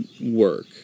work